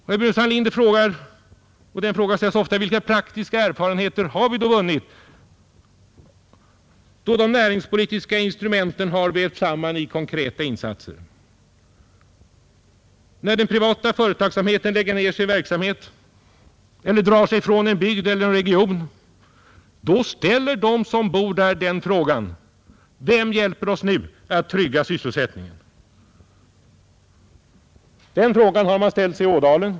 Herr Burenstam Linder frågar — och den frågan ställs ofta: Vilka praktiska erfarenheter har vi då vunnit, då de näringspolitiska instrumenten har vävts samman i konkreta insatser? Ja, när den privata företagsamheten lägger ned sin verksamhet ellei drar sig från en bygd eller en region, då ställer de som bor där frågan: Vem hjälper oss nu att trygga sysselsättningen? Den frågan har man ställt sig i Ådalen.